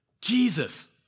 Jesus